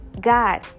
God